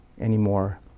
anymore